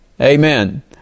Amen